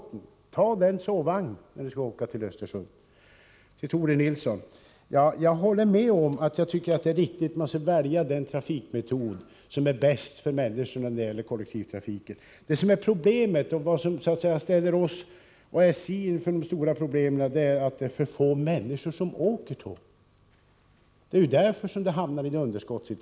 Till Tore Nilsson: Det är riktigt att man skall välja den trafikform som är bäst för människorna när det gäller kollektivtrafiken. Problemet är att det är för få människor som åker tåg — det är därför som SJ får ett underskott.